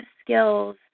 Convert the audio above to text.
skills